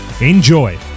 Enjoy